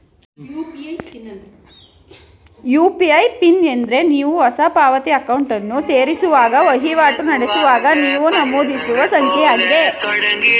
UPI PIN ಎಂದ್ರೆ ನೀವು ಹೊಸ ಪಾವತಿ ಅಕೌಂಟನ್ನು ಸೇರಿಸುವಾಗ ವಹಿವಾಟು ನಡೆಸುವಾಗ ನೀವು ನಮೂದಿಸುವ ಸಂಖ್ಯೆಯಾಗಿದೆ